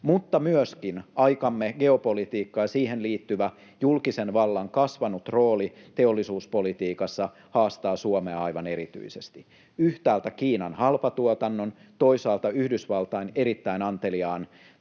Mutta myöskin aikamme geopolitiikka ja siihen liittyvä julkisen vallan kasvanut rooli teollisuuspolitiikassa haastavat Suomea aivan erityisesti, yhtäältä Kiinan halpatuotannon, toisaalta Yhdysvaltain erittäin anteliaan